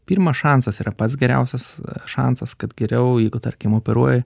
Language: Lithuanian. pirmas šansas yra pats geriausias šansas kad geriau jeigu tarkim operuoji